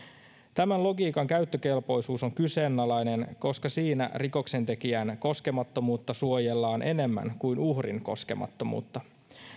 tämän logiikan käyttökelpoisuus on kyseenalainen koska siinä rikoksentekijän koskemattomuutta suojellaan enemmän kuin uhrin koskemattomuutta